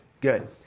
good